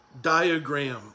diagram